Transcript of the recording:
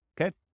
Okay